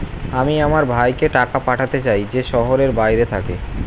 আমি আমার ভাইকে টাকা পাঠাতে চাই যে শহরের বাইরে থাকে